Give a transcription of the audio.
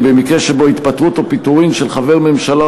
כי במקרה שבו התפטרות או פיטורים של חבר ממשלה